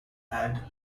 and